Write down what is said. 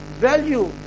Value